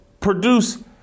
produce